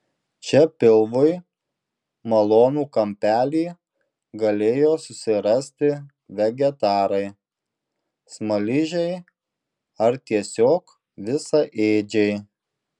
čia pilvui malonų kampelį galėjo susirasti vegetarai smaližiai ar tiesiog visaėdžiai